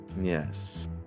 yes